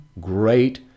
great